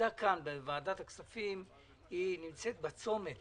ועדת הכספים נמצאת בצומת